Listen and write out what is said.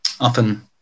often